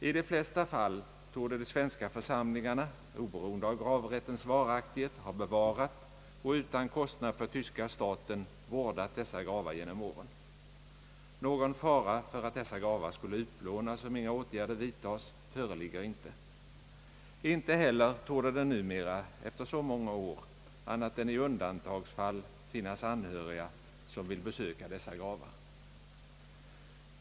I de flesta fall torde de svenska församlingarna, oberoende av gravrättens varaktighet, ha bevarat och utan kostnad för tyska staten vårdat dessa gravar genom åren. Någon fara för att dessa gravar skulle utplånas om inga åtgärder vidtas föreligger inte. Inte heller torde det numera efter så många år annat än i undantagsfall finnas anhöriga som vill besöka dessa gravar.